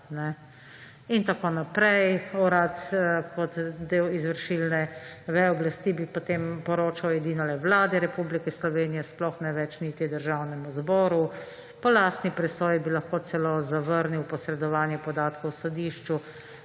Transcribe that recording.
in tako naprej. Urad kot del izvršilne veje oblasti bi potem poročal edinole Vladi Republike Slovenije, sploh ne več niti ne Državnemu zboru, po lastni presoji bi lahko celo zavrnil posredovanje podatkov sodišču,